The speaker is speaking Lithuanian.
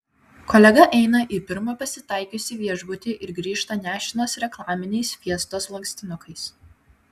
kolega eina į pirmą pasitaikiusį viešbutį ir grįžta nešinas reklaminiais fiestos lankstinukais